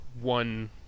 one